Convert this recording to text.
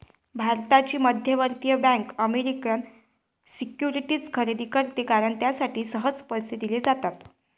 भारताची मध्यवर्ती bank American securities खरेदी करते कारण त्यासाठी सहज पैसे दिले जातात